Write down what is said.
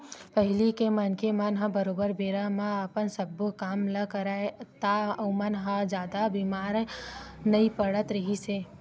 पहिली के मनखे मन ह बरोबर बेरा म अपन सब्बो काम ल करय ता ओमन ह जादा बीमार नइ पड़त रिहिस हे